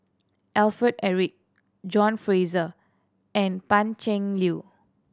Alfred Eric John Fraser and Pan Cheng Lui